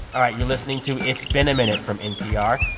all right. you're listening to it's been a minute from npr.